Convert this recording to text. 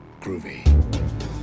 groovy